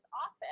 office